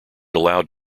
allowed